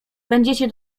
będziecie